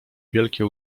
wielkie